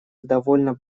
довольно